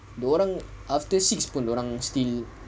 dia orang after six pun dia orang still